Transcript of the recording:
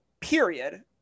period